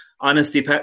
honesty